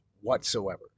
whatsoever